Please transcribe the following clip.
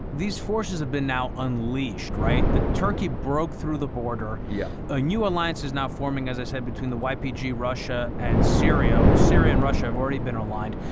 these forces have been now unleashed, right? turkey broke through the border. yeah a new alliance is now forming, as i said, between the ypg, russia and syria. well, syria and russia have already been aligned.